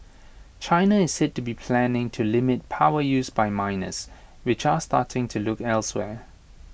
China is said to be planning to limit power use by miners which are starting to look elsewhere